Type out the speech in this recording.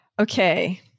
Okay